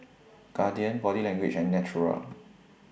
Guardian Body Language and Naturel